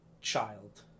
child